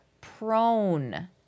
prone